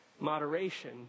Moderation